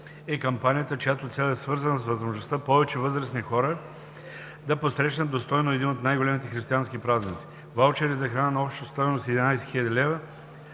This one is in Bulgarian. е кампанията, чиято цел е свързана с възможността повече възрастни хора да посрещнат достойно един от най-големите християнски празници. Ваучери за храна на обща стойност 11 000 лв.,